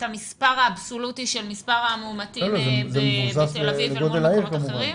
המספר האבסולוטי של מספר המאומתים בתל אביב אל מול מקומות אחרים.